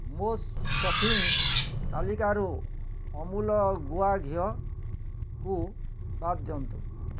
ମୋ ସଫିଙ୍ଗ୍ ତାଲିକାରୁ ଅମୁଲ୍ ଆଉ ଗୁଆ ଘିଅକୁ ବାଦ୍ ଦିଅନ୍ତୁ